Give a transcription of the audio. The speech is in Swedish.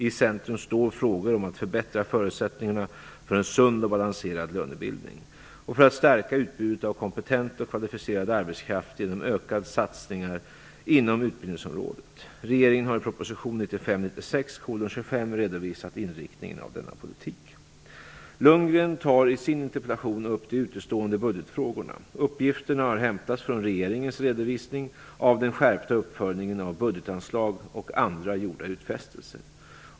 I centrum står frågor om att förbättra förutsättningarna för en sund och balanserad lönebildning och för att stärka utbudet av kompetent och kvalificerad arbetskraft genom ökade satsningar inom utbildningsområdet. Regeringen har i proposition 1995/96:25 redovisat inriktningen av denna politik. Bo Lundgren tar i sin interpellation upp de utestående budgetfrågorna. Uppgifterna har hämtats från regeringens redovisning av den skärpta uppföljningen av budgetanslag och andra gjorda utfästelser.